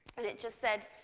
and it just said,